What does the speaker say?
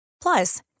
Plus